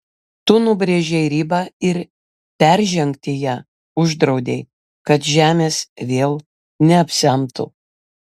tu nubrėžei ribą ir peržengti ją uždraudei kad žemės vėl neapsemtų